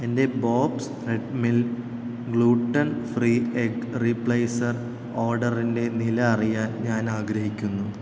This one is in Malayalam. എന്റെ Bob's Red Mill gluten free egg replacer ഓർഡറിന്റെ നില അറിയാൻ ഞാൻ ആഗ്രഹിക്കുന്നു